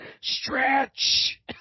Stretch